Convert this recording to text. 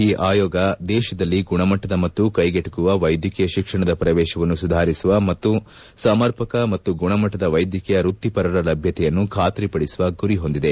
ಈ ಆಯೋಗ ದೇಶದಲ್ಲಿ ಗುಣಮಟ್ಟದ ಮತ್ತು ಕೈಗೆಬುಕುವ ವೈದ್ಯಕೀಯ ಶಿಕ್ಷಣದ ಪ್ರವೇಶವನ್ನು ಸುಧಾರಿಸುವ ಮತ್ತು ಸಮರ್ಪಕ ಮತ್ತು ಗುಣಮಟ್ಟದ ವೈದ್ಯಕೀಯ ವ್ಯಕ್ತಿಪರರ ಲಭ್ಯತೆಯನ್ನು ಖಾತರಿಪಡಿಸುವ ಗುರಿ ಹೊಂದಿದೆ